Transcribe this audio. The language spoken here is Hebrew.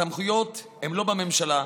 הסמכויות הן לא בממשלה,